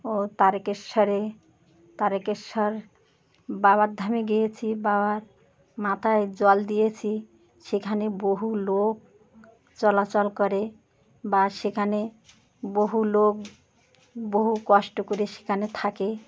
ও তারকেশ্বরে তারকেশ্বর বাবার ধামে গিয়েছি বাবার মাথায় জল দিয়েছি সেখানে বহু লোক চলাচল করে বা সেখানে বহু লোক বহু কষ্ট করে সেখানে থাকে